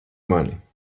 mani